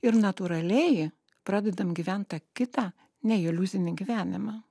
ir natūraliai pradedam gyvent tą kitą ne iliuzinį gyvenimą